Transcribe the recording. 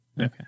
Okay